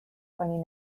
pani